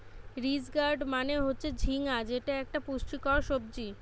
ridge gourd মানে হচ্ছে ঝিঙ্গা যেটা একটা পুষ্টিকর সবজি